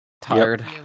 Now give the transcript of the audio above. tired